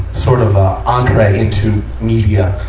sort of a entree into media.